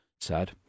Sad